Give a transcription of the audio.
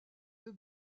œufs